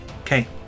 Okay